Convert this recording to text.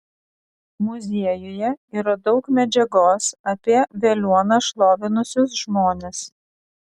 muziejuje yra daug medžiagos apie veliuoną šlovinusius žmones